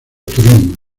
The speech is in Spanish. turismo